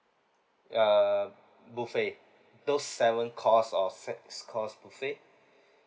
err buffet those seven course or six course buffet